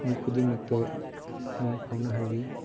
ꯃꯤꯈꯨꯗꯤꯡꯃꯛꯇ loan ꯐꯥꯎꯅꯍꯜꯂꯤ